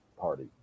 party